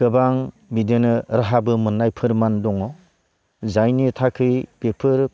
गोबां बिदिनो राहाबो मोननाय फोरमान दङ जायनि थाखै बेफोर